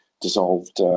dissolved